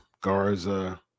garza